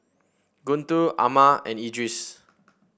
Guntur Ahmad and Idris